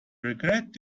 regret